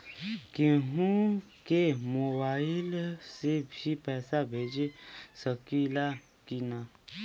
केहू के मोवाईल से भी पैसा भेज सकीला की ना?